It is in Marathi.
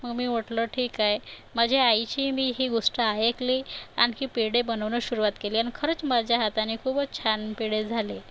मग मी म्हटलं ठीक आहे माझ्या आईची मी ही गोष्ट ऐकली आणखी पेढे बनवण्यास सुरुवात केली आणि खरंच माझ्या हाताने खूपच छान पेढे झाले